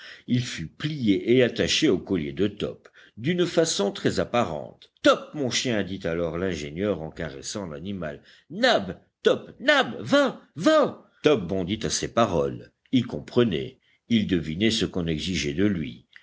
il fut plié et attaché au collier de top d'une façon très apparente top mon chien dit alors l'ingénieur en caressant l'animal nab top nab va va top bondit à ces paroles il comprenait il devinait ce qu'on exigeait de lui